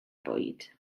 bwyd